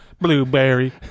Blueberry